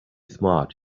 smart